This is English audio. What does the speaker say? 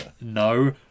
No